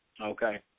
Okay